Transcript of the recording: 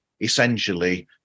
essentially